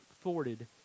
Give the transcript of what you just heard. thwarted